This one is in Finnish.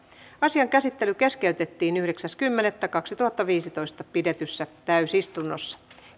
asian käsittely keskeytettiin yhdeksäs kymmenettä kaksituhattaviisitoista pidetyssä täysistunnossa